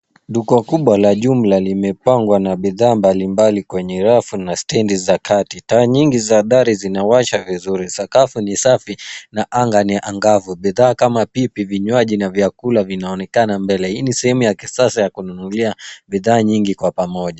Duka kubwa la jumla limepangwa na bidhaa mbalimbali kwenye rafu na stendi za kati. Taa nyingi za dari zinawasha vizuri. Sakafu ni safi na anga ni angavu. Bidhaa kama pipi, vinywaji na vyakula vinaonekana mbele. Hii ni sehemu ya kisasa ya kununulia bidhaa nyingi kwa pamoja.